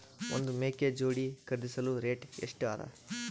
ಒಂದ್ ಮೇಕೆ ಜೋಡಿ ಖರಿದಿಸಲು ರೇಟ್ ಎಷ್ಟ ಅದ?